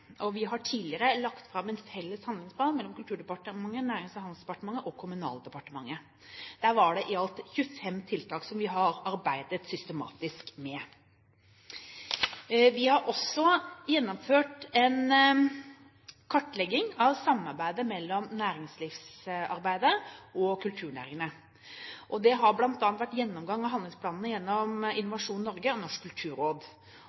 og Kulturdepartementet, Nærings- og handelsdepartementet og Kommunal- og regionaldepartementet har tidligere lagt fram en felles handlingsplan. Der var det i alt 25 tiltak som vi har arbeidet systematisk med. Vi har også gjennomført en kartlegging av samarbeidet mellom næringslivsarbeidet og kulturnæringene. Det har bl.a. vært en gjennomgang av handlingsplanene gjennom Innovasjon Norge og Norsk kulturråd.